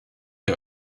der